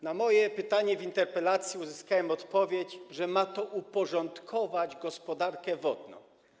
Na moje pytanie w interpelacji uzyskałem odpowiedź, że ma to uporządkować gospodarkę wodną.